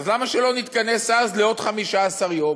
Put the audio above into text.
אז למה שלא נתכנס אז, לעוד 15 יום?